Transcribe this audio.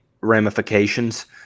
ramifications